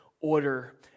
order